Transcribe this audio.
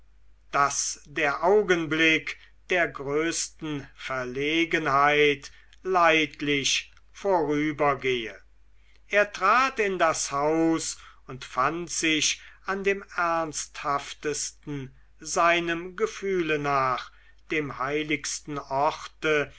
daß der augenblick der größten verlegenheit leidlich vorübergehe er trat in das haus und fand sich an dem ernsthaftesten seinem gefühle nach dem heiligsten orte